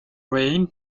rain